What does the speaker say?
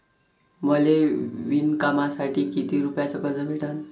मले विणकामासाठी किती रुपयानं कर्ज भेटन?